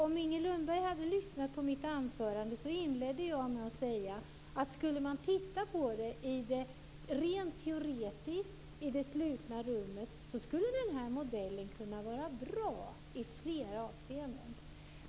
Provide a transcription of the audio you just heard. Om Inger Lundberg hade lyssnat på mitt anförande skulle hon ha hört att jag inledde det med att säga att om man skulle titta på detta rent teoretiskt, i det slutna rummet, så skulle modellen kunna vara bra i flera avseenden.